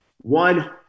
one